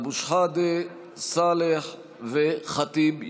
אבו שחאדה, סאלח וח'טיב יאסין,